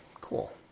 Cool